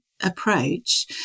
approach